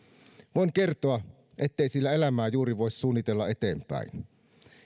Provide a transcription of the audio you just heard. voin kertoa ettei sillä elämää juuri voi suunnitella eteenpäin